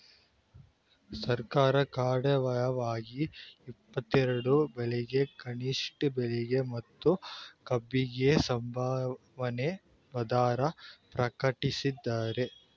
ಸರ್ಕಾರ ಕಡ್ಡಾಯವಾಗಿ ಇಪ್ಪತ್ತೆರೆಡು ಬೆಳೆಗೆ ಕನಿಷ್ಠ ಬೆಲೆ ಮತ್ತು ಕಬ್ಬಿಗೆ ಸಂಭಾವನೆ ದರ ಪ್ರಕಟಿಸ್ತದೆ